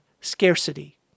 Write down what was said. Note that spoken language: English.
scarcity